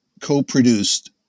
co-produced